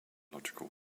logical